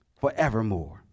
forevermore